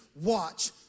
watch